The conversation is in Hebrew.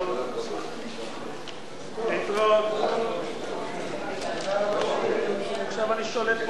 הרווחה והבריאות נתקבלה.